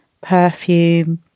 perfume